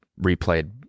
replayed